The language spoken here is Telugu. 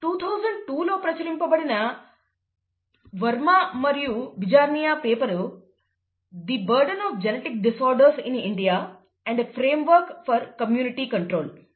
2002 లో ప్రచురింపబడిన వర్మ మరియు Bijarnia paper " the burden of genetic disorders in India and a framework for community control"